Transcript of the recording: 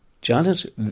Janet